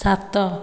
ସାତ